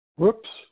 Whoops